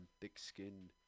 thick-skinned